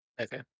Okay